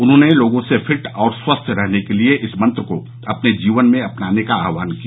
उन्होंने लोगों से फिट और स्वस्थ रहने के लिए इस मंत्र को अपने जीवन में अपनाने का आहवान किया